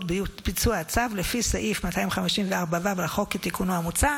בביצוע הצו לפי סעיף 254ו לחוק כתיקונו המוצע,